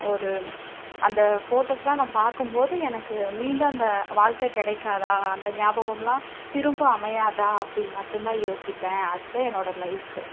ஒரு அந்த ஃபோட்டோஸ்லாம் நான் பார்க்கும்போது எனக்கு மீண்டும் அந்த வாழ்க்கை கிடைக்காதா அந்த ஞாபகம்லாம் திரும்ப அமையாதா அப்படின் மட்டுந்தான் யோசிப்பேன் அது தான் என்னோடய லைஃபு